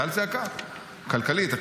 חייל זה יקר, כלכלית.